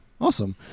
Awesome